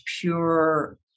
pure